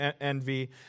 envy